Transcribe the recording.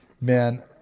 man